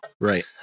Right